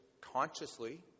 consciously